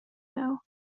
know